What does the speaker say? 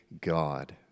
God